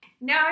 No